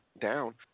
Down